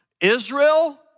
Israel